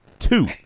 Two